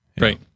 Right